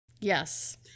Yes